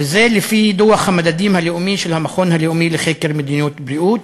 וזה לפי דוח המדדים הלאומי של המכון הלאומי לחקר שירותי הבריאות